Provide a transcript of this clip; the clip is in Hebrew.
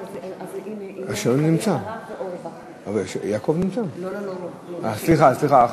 סליחה, סליחה.